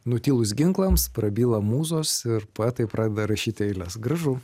nutilus ginklams prabyla mūzos ir poetai pradeda rašyti eiles gražu